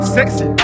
Sexy